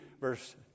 verse